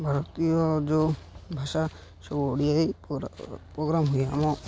ଭାରତୀୟ ଯେଉଁ ଭାଷା ସବୁ ଓଡ଼ିଆ ପ୍ରୋଗ୍ରାମ୍ ହୁଏ ଆମ